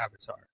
Avatar